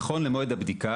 נכון למועד הבדיקה,